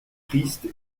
triste